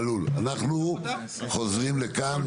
אנחנו חוזרים לכאן